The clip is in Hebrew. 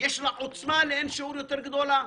יש לה עוצמה לאין שיעור יותר גדולה.